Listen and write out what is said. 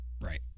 Right